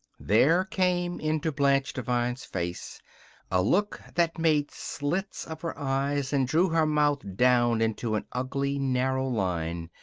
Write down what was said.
there came into blanche devine's face a look that made slits of her eyes, and drew her mouth down into an ugly, narrow line,